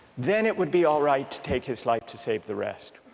then it would be all right to take his life to save the rest.